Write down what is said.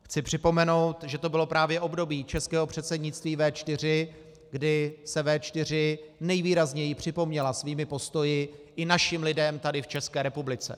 Chci připomenout, že to bylo právě období českého předsednictví V4, kdy se V4 nejvýrazněji připomněla svými postoji i našim lidem tady v České republice.